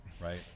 right